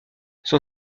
son